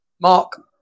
Mark